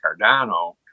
Cardano